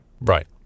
Right